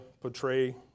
portray